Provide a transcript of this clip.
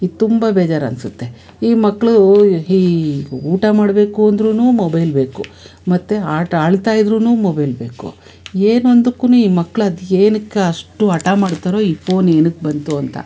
ಇದು ತುಂಬ ಬೇಜಾರನಿಸುತ್ತೆ ಈ ಮಕ್ಕಳು ಈ ಊಟ ಮಾಡಬೇಕು ಅಂದ್ರೂ ಮೊಬೈಲ್ ಬೇಕು ಮತ್ತು ಆಟ ಅಳ್ತಾ ಇದ್ರೂ ಮೊಬೈಲ್ ಬೇಕು ಏನೊಂದುಕ್ಕೂ ಈ ಮಕ್ಳು ಅದು ಏನಕ್ಕೆ ಅಷ್ಟು ಹಟ ಮಾಡ್ತಾರೋ ಈ ಪೋನ್ ಏನಕ್ಕೆ ಬಂತು ಅಂತ